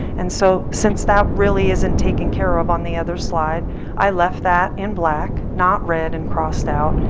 and so since that really isn't taken care of on the other slide i left that in black, not red and crossed out,